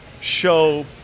show